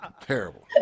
Terrible